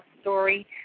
story